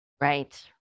Right